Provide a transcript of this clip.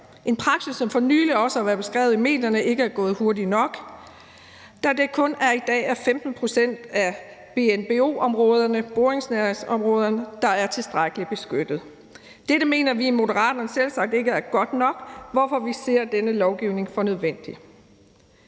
en praksis, der, som det for nylig også har været beskrevet i medierne, ikke er gået hurtigt nok, da det i dag kun er 15 pct. af BNBO-områderne, altså de boringsnære beskyttelsesområder, der er tilstrækkelig beskyttet. Dette mener vi i Moderaterne selvsagt ikke er godt nok, hvorfor vi anser denne lovgivning for nødvendig.